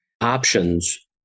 options